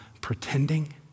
pretending